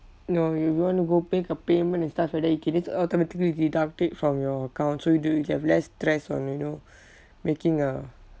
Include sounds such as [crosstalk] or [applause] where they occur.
no if you want to go make a payment and stuff like that you can just automatically deduct it from your account so you do you have less stress on you know [breath] making a